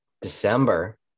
December